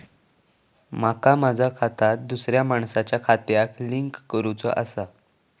माका माझा खाता दुसऱ्या मानसाच्या खात्याक लिंक करूचा हा ता कसा?